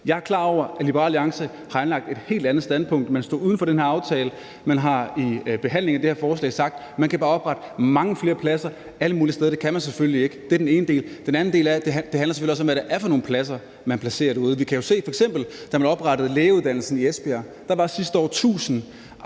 Jeg er klar over, at Liberal Alliance har anlagt et helt andet standpunkt, man stod uden for den her aftale, man har i behandlingen af det her forslag sagt, at man bare kan oprette mange flere pladser alle mulige steder. Det kan man selvfølgelig ikke. Det er den ene del. Den anden del er, at det selvfølgelig også handler om, hvad det er for nogle pladser, man placerer derude. Vi kan jo f.eks. se, at da man oprettede lægeuddannelsen i Esbjerg, var der sidste år 1.000